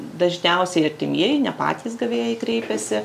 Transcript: dažniausiai artimieji ne patys gavėjai kreipiasi